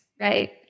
Right